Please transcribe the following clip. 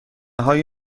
های